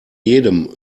jedem